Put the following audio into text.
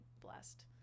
blessed